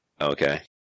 Okay